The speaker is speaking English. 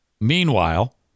Meanwhile